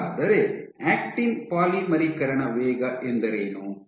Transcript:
ಹಾಗಾದರೆ ಆಕ್ಟಿನ್ ಪಾಲಿಮರೀಕರಣ ವೇಗ ಎಂದರೇನು